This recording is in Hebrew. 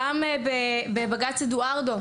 דוגמה נוספת היא בג״ץ אדוארדו,